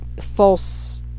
false